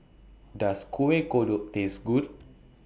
Does Kueh Kodok Taste Good